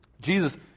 Jesus